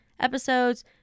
episodes